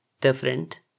different